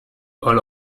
all